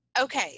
Okay